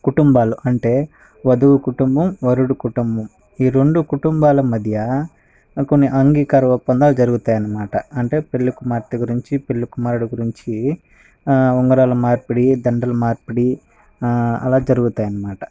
కుటుంబాలు అంటే వధువు కుటుంబం వరుడు కుటుంబం ఈ రెండు కుటుంబాల మధ్య కొన్ని అంగీకార ఒప్పందాలు జరుగుతాయి అన్నమాట అంటే పెళ్ళి కుమార్తె గురించి పెళ్ళి కుమారుడు గురించి ఉంగరాల మార్పిడి దండలు మార్పిడి అలా జరుగుతాయి అన్నమాట